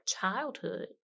childhood